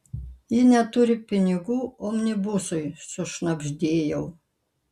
ji neturi pinigų omnibusui sušnabždėjau